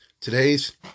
Today's